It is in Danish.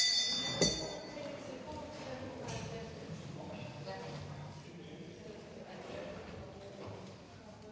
Tak.